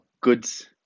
goods